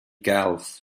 gelf